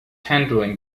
handling